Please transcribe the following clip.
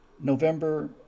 november